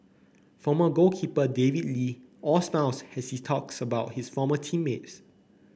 former goalkeeper David Lee all smiles has he talks about his former team mates